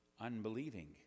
unbelieving